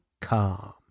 calm